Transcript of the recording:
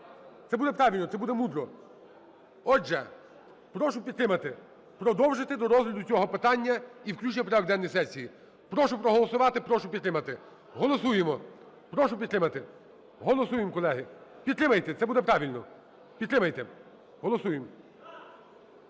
Це буде правильно. Це буде мудро. Отже, прошу підтримати продовжити до розгляду цього питання і включення в порядок денний сесії. Прошу проголосувати. Прошу підтримати. Голосуємо. Прошу підтримати. Голосуємо, колеги. Підтримайте це буде правильно. Підтримайте. Голосуємо.